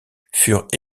furent